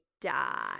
die